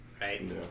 right